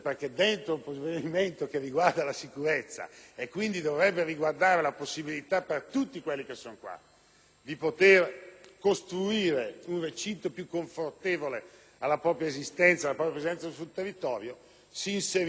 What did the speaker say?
di costruire un recinto più confortevole alla propria esistenza e alla propria presenza sul territorio, si inseriscono norme discriminatorie che nulla hanno a che vedere con la sicurezza. A questo